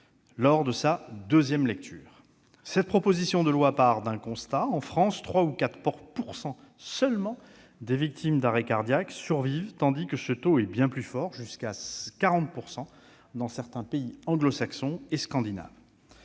en deuxième lecture. Cette proposition de loi part d'un constat : en France, 3 % ou 4 % seulement des victimes d'arrêt cardiaque survivent, alors que ce taux est bien plus fort- il peut atteindre 40 % -dans certains pays anglo-saxons ou scandinaves.